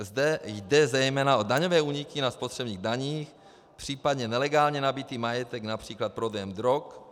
Zde jde zejména o daňové úniky na spotřebních daních, případně nelegálně nabytý majetek, například prodejem drog.